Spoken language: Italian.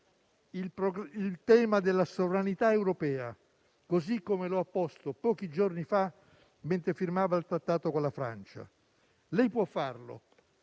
il tema della sovranità europea, così come lo ha posto pochi giorni fa mentre firmava il trattato con la Francia. Lei può farlo;